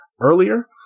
earlier